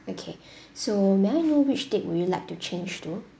okay so may I know which date would you like to change to